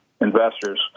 investors